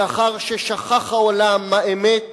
מאחר ששכח העולם האמת